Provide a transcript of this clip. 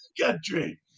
country